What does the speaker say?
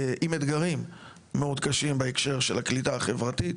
עם אתגרים מאוד קשים בהקשר של הקליטה החברתית.